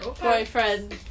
boyfriend